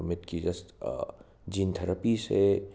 ꯑꯗꯣ ꯃꯤꯠꯀꯤ ꯖꯁ ꯖꯤꯟ ꯊꯦꯔꯥꯄꯤꯁꯦ